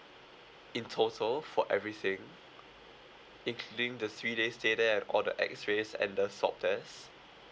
in total for everything including the three days stay there and all the X rays and the swab test